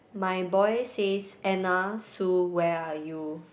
my boys says Anna Sue where are you